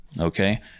okay